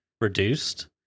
reduced